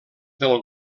del